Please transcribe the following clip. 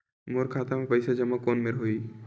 मोर खाता मा पईसा जमा कोन मेर होही?